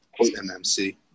MMC